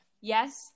yes